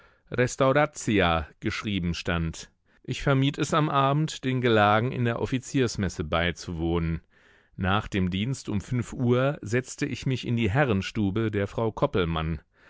geschrieben stand ich vermied es am abend den gelagen in der offiziersmesse beizuwohnen nach dem dienst um fünf uhr setzte ich mich in die herrenstube der frau